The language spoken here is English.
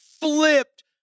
flipped